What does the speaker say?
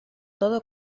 todo